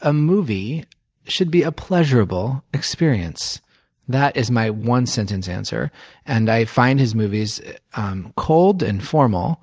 a movie should be a pleasurable experience that is my one sentence answer and i find his movies um cold and formal.